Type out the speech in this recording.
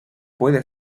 puede